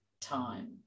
time